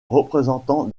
représentant